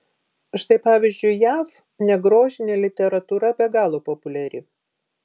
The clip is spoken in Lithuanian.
štai pavyzdžiui jav negrožinė literatūra be galo populiari